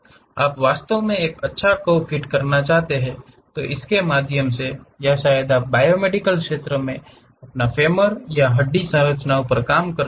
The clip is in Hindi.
तो आप वास्तव में एक अच्छा कर्व फिट करना चाहते हैं इसके माध्यम से या शायद आप बायोमेडिकल क्षेत्र में अपने फेमर या हड्डी संरचनाओं पर काम कर रहे हैं